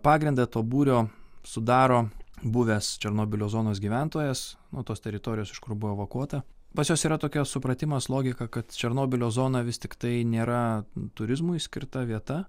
pagrindą to būrio sudaro buvęs černobylio zonos gyventojas nu tos teritorijos iš kur buvo evakuota pas juos yra tokia supratimas logika kad černobylio zona vis tiktai nėra turizmui skirta vieta